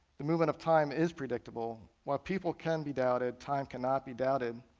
the movement of time is predictable. while people can be doubted, time cannot be doubted.